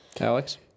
Alex